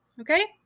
Okay